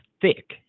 thick